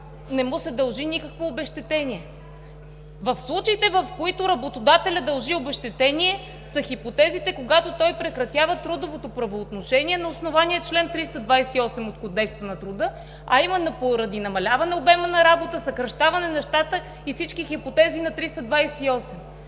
не му се дължи никакво обезщетение. В случаите, в които работодателят дължи обезщетение, са хипотезите, когато той прекратява трудовото правоотношение на основание чл. 328 от Кодекса на труда, а именно поради намаляване обема на работа, съкращаване на щата и всички хипотези на чл.